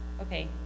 Okay